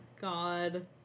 God